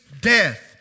death